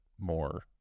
more